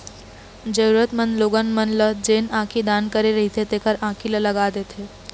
जरुरतमंद लोगन मन ल जेन आँखी दान करे रहिथे तेखर आंखी ल लगा देथे